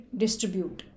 distribute